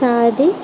ছাঁ দি